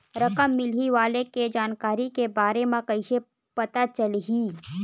रकम मिलही वाले के जानकारी के बारे मा कइसे पता चलही?